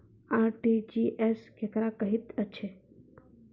RTGS केकरा कहैत अछि?